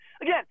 Again